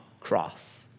cross